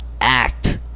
act